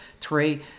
three